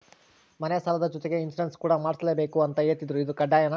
ಮನೆ ಸಾಲದ ಜೊತೆಗೆ ಇನ್ಸುರೆನ್ಸ್ ಕೂಡ ಮಾಡ್ಸಲೇಬೇಕು ಅಂತ ಹೇಳಿದ್ರು ಇದು ಕಡ್ಡಾಯನಾ?